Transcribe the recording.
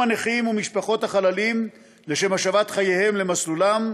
הנכים ומשפחות החללים לשם השבת חייהם למסלולם,